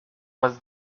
was